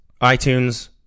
iTunes